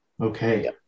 Okay